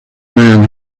man